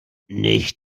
nicht